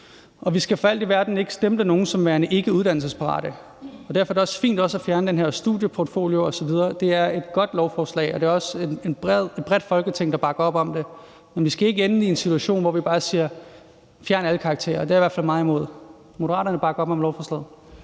Og vi skal for alt i verden ikke stemple nogen som værende ikkeuddannelsesparate. Derfor er det også fint at fjerne den her studievalgsportfolie osv. Det er et godt lovforslag, og det er også et bredt Folketing, der bakker op om det. Men vi skal ikke ende i en situation, hvor vi bare siger: Fjern alle karakterer. Det er jeg i hvert fald meget imod. Moderaterne bakker op om lovforslaget.